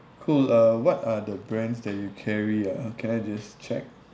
cool uh what are the brands that you carry uh can I just check